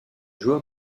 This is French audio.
joueur